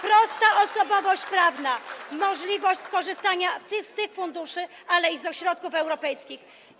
Prosta osobowość prawna, możliwość skorzystania z tych funduszy, ale i ze środków europejskich.